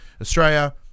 Australia